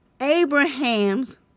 Abraham's